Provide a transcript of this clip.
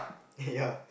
eh ya